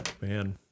Man